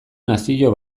nazio